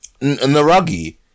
Naragi